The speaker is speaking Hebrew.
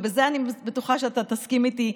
ובזה אני בטוחה שתסכים איתי,